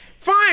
Fine